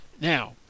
Now